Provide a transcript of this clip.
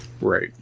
Right